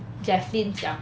jeslyn 讲